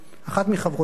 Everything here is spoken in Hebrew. אחת מחברותיכן,